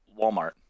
Walmart